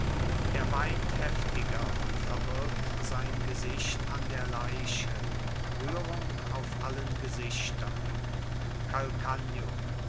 er weint heftiger und verbirgt sein gesicht an der leiche rührung auf allen gesichtern